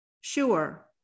sure